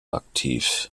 aktiv